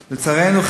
לצערנו,